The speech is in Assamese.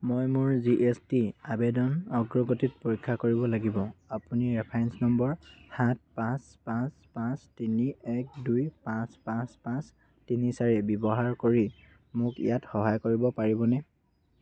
মই মোৰ জি এছ টি আবেদনৰ অগ্ৰগতি পৰীক্ষা কৰিব লাগিব আপুনি ৰেফাৰেন্স নম্বৰ সাত পাঁচ পাঁচ পাঁচ তিনি এক দুই পাঁচ পাঁচ পাঁচ তিনি চাৰি ব্যৱহাৰ কৰি মোক ইয়াত সহায় কৰিব পাৰিবনে